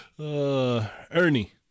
ernie